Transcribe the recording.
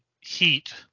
heat